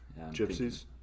Gypsies